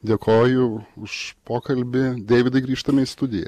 dėkoju už pokalbį deividai grįžtame į studiją